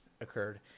occurred